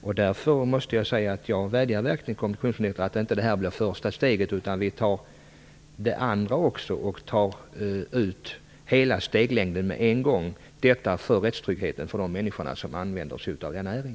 Jag vädjar därför till kommunikationsministern om att det här inte bara skall bli första steget utan att vi tar också det andra steget och tar ut hela steglängden med en gång - detta för rättstryggheten för de människor som använder sig av denna näring.